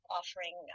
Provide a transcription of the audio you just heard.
offering